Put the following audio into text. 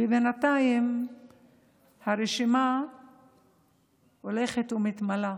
ובינתיים הרשימה הולכת ומתמלאה.